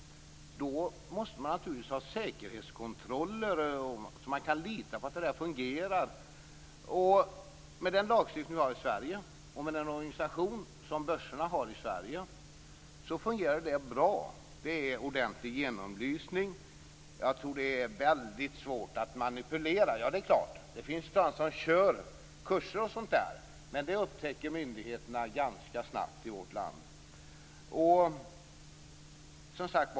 Då måste det naturligtvis finnas säkerhetskontroller så att man kan lita på att det hela fungerar. Med hjälp av lagstiftningen och den organisation börserna har i Sverige fungerar kontrollen bra. Det är en ordentlig genomlysning, och det är svårt att manipulera. Det finns de som ger kurser, men det upptäcker myndigheterna i vårt land snabbt.